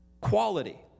quality